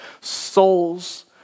souls